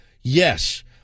yes